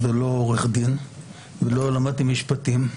לא עורך דין ולא למדתי משפטים.